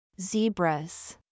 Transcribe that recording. Zebras